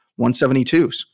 172s